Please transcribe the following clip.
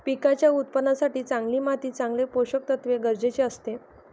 पिकांच्या उत्पादनासाठी चांगली माती चांगले पोषकतत्व गरजेचे असते